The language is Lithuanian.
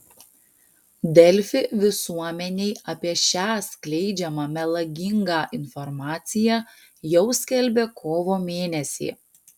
delfi visuomenei apie šią skleidžiamą melagingą informaciją jau skelbė kovo mėnesį